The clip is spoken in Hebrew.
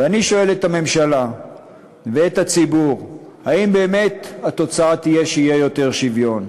ואני שואל את הממשלה ואת הציבור: האם באמת התוצאה תהיה יותר שוויון?